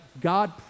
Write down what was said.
God